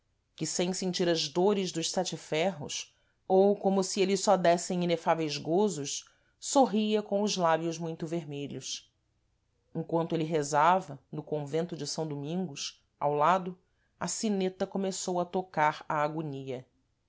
que sem sentir as dores dos sete ferros ou como se êles só déssem inefáveis gozos sorria com os lábios muito vermelhos emquanto êle rezava no convento de são domingos ao lado a sineta começou a tocar a agonia